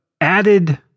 added